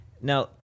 Now